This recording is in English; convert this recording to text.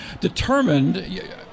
determined